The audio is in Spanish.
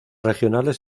regionales